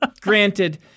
Granted